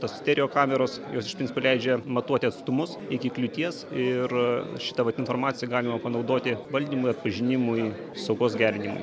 tos stereo kameros jos iš principo leidžia matuoti atstumus iki kliūties ir šitą vat informaciją galima panaudoti valdymui atpažinimui saugos gerinimui